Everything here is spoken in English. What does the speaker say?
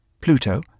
Pluto